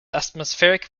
atmospheric